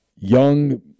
Young